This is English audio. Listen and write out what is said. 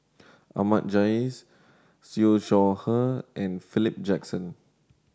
Ahmad Jais Siew Shaw Her and Philip Jackson